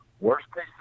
Worst-case